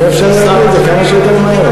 יהיה אפשר להביא את זה כמה שיותר מהר.